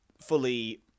fully